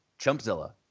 Chumpzilla